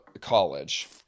college